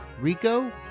Rico